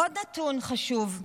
עוד נתון חשוב.